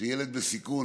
שילד בסיכון,